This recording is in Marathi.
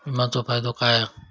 विमाचो फायदो काय?